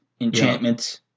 enchantments